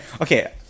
Okay